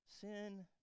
Sin